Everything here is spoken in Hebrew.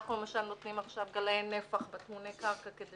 אנחנו נותנים עכשיו גלאי נפח בטמוני קרקע, כדי